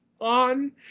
on